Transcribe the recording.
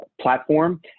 platform